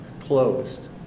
closed